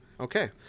Okay